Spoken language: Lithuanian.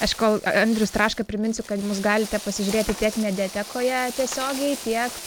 aš kol andrius traška priminsiu kad į mus galite pasižiūrėti tiek mediatekoje tiesiogiai tiek